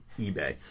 eBay